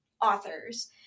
authors